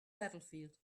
battlefield